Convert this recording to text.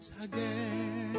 again